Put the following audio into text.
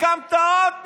הקמת עוד משרד,